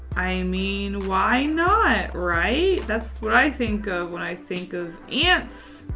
i mean why not? right? that's what i think of when i think of ants.